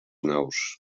naus